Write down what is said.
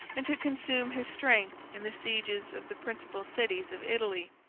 and to consume his strength in the sieges of the principal cities of italy,